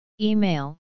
Email